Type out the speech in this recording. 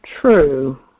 True